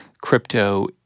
crypto